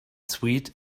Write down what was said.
sweet